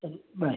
ശരി ബൈ